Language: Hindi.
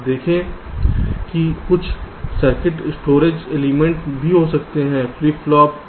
अब देखें कि कुछ सर्किट स्टोरेज एलिमेंट भी हो सकते हैं फ्लिप फ्लॉप